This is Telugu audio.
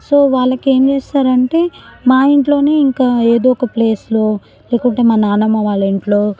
సో వాళ్ళకి ఏం చేస్తారంటే మా ఇంట్లోనే ఇంకా ఏదో ఒక ప్లేస్లో లేకుంటే మా నాన్నమ్మ వాళ్ళ ఇంట్లో